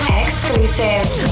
exclusives